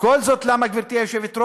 כל זאת למה, גברתי היושבת-ראש?